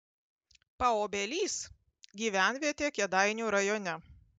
paobelys gyvenvietė kėdainių rajone